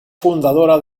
fundadora